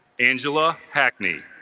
angela hackneyed